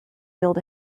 build